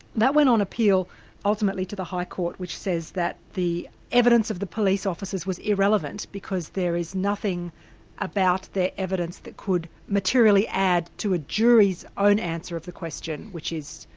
that went on appeal ultimately to the high court, which says that the evidence of the police officers was irrelevant because there is nothing about their evidence that could materially add to a jury's own answer of the question, which is,